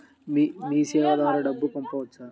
మీసేవ ద్వారా డబ్బు పంపవచ్చా?